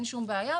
אין שום בעיה,